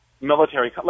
military